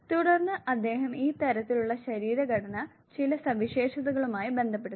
തുടർന്ന് അദ്ദേഹം ഈ തരത്തിലുള്ള ശരീരഘടന ചില സവിശേഷതകളുമായി ബന്ധപ്പെടുത്തി